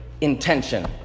intention